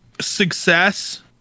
success